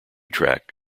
track